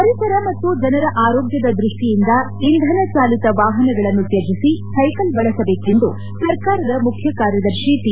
ಪರಿಸರ ಮತ್ತು ಜನರ ಆರೋಗ್ಧದ ದೃಷ್ಠಿಯಿಂದ ಇಂಧನ ಚಾಲಿತ ವಾಹನಗಳನ್ನು ತ್ಯಜಿಸಿ ಸೈಕಲ್ ಬಳಸಬೇಕೆಂದು ಸರ್ಕಾರದ ಮುಖ್ಯ ಕಾರ್ಯದರ್ತಿ ಟಿ